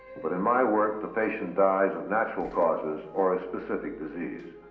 but in my work, the patient dies of natural causes or a specific disease.